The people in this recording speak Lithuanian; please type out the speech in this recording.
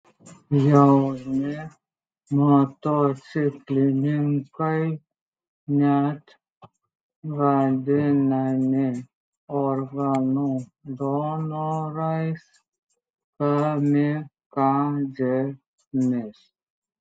jauni motociklininkai net vadinami organų donorais kamikadzėmis